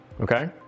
Okay